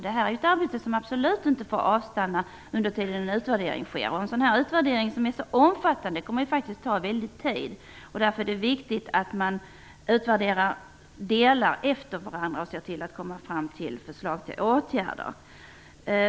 Det här är ett arbete som absolut inte får avstanna under den tiden. En sådan omfattande utvärdering kommer att ta lång tid att göra. Därför är det viktigt att man utvärderar olika delar efter varandra och ser till att man kommer fram till förslag till åtgärder.